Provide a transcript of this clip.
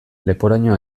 leporaino